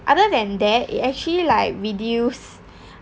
other than that it actually like reduce